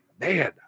man